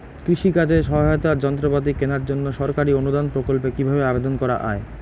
কৃষি কাজে সহায়তার যন্ত্রপাতি কেনার জন্য সরকারি অনুদান প্রকল্পে কীভাবে আবেদন করা য়ায়?